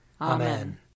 Amen